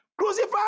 Crucify